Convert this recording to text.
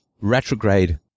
retrograde